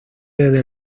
desde